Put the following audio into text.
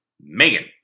Megan